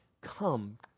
come